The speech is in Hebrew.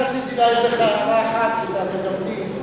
אני רק רציתי להעיר לך הערה אחת שתענה גם לי.